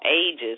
ages